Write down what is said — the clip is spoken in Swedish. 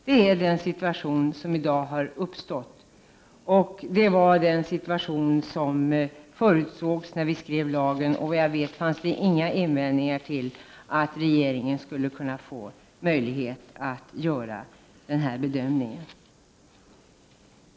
Denna situation har nu uppstått. Denna situation förutsågs när lagen skrevs. Och såvitt jag vet fanns det då inte några invändningar mot att regeringen skulle få möjlighet att göra denna bedömning.